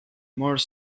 more